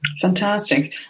Fantastic